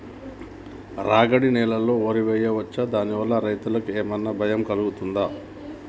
రాగడి నేలలో వరి వేయచ్చా దాని వల్ల రైతులకు ఏమన్నా భయం కలుగుతదా?